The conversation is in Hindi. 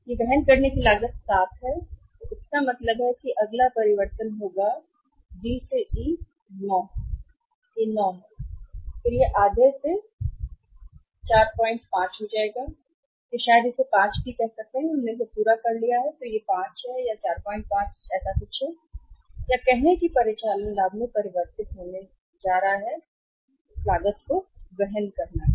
यह वहन करने वाली लागत 7 है तो इसका मतलब है कि अगला परिवर्तन होगा कि कितना डी से ई 9 होगा यह 9 है और फिर यह आधे से 45 हो जाएगा या शायद इसे 5 के रूप में कहें हमने इसे पूरा कर लिया है इसलिए यह 5 या 45 ऐसा कुछ है या कहें कि यह परिचालन लाभ में परिवर्तित होने जा रहा है लागत वहन करना है